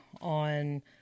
on